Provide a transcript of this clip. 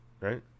right